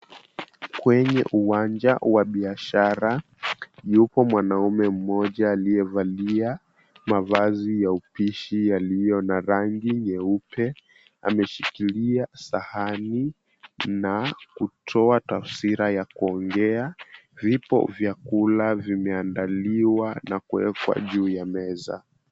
Kwenye uwanja wa biashara, yupo mwanaume moja aliyevalia mavazi ya upishi yaliyo na rangi nyeupe ameshikilia sahani na kutoa taswira ya kuongea, vipo vyakula vimeandaliwa na kuwekwa juu ya meza.